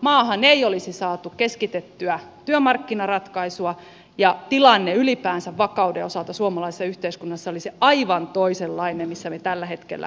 maahan ei olisi saatu keskitettyä työmarkkinaratkaisua ja tilanne ylipäänsä vakauden osalta suomalaisessa yhteiskunnassa olisi aivan toisenlainen kuin missä me tällä hetkellä olemme